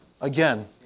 again